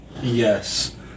Yes